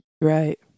Right